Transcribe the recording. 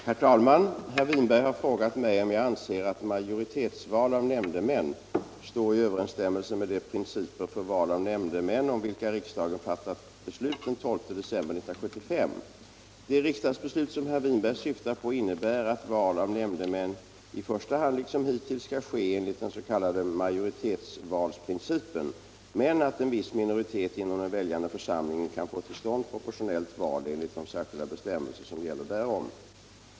Herr talman! Herr Winberg har frågat mig om jag anser att majoritetsval av nämndemän står i överensstämmelse med de principer för val av nämndemän om vilka riksdagen fattade beslut den 12 december 1975. Det riksdagsbeslut som herr Winberg syftar på innebär att val av nämndemän i första hand, liksom hittills, skall ske enligt den s.k. majoritetsvalsprincipen men att en viss minoritet inom den väljande församlingen kan få till stånd proportionellt val enligt de särskilda bestämmelser som gäller därom.